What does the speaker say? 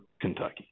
Kentucky